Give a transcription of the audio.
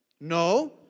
No